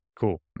cool